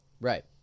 Right